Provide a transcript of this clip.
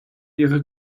ihre